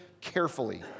carefully